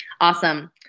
Awesome